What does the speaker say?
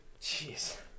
Jeez